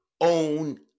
own